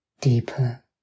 deeper